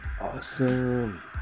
awesome